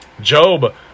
Job